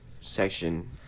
section